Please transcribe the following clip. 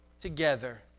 together